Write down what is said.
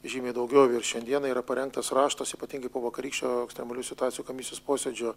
žymiai daugiau ir šiandieną yra parengtas raštas ypatingai po vakarykščio ekstremalių situacijų komisijos posėdžio